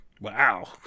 Wow